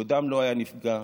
כבודם לא היה נפגע.